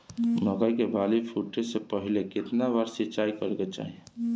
मकई के बाली फूटे से पहिले केतना बार सिंचाई करे के चाही?